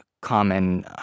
common